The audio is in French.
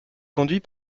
conduit